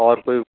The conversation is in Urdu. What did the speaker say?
اور کوئی